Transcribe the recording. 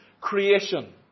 creation